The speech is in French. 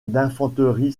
d’infanterie